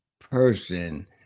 person